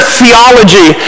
theology